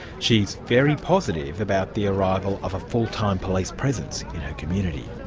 she is very positive about the arrival of a full time police presence in her community.